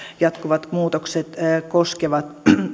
jatkuvat muutokset koskevat